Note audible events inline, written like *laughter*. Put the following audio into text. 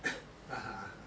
*coughs* (uh huh)